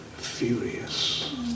furious